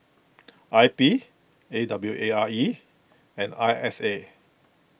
I P A W A R E and I S A